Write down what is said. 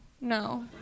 no